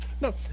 No